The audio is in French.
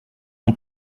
non